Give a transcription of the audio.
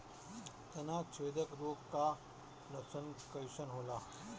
तना छेदक रोग का लक्षण कइसन होला?